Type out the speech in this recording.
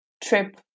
trip